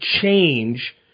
change